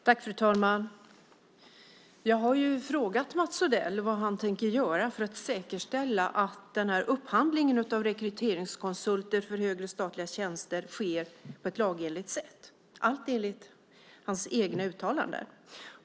Fru talman! Jag har frågat Mats Odell vad han tänker göra för att säkerställa att den här upphandlingen av rekryteringskonsulter för högre statliga tjänster sker på ett lagenligt sätt - allt enligt hans egna uttalanden.